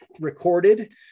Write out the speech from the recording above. recorded